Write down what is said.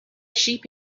sheep